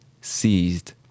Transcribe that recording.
seized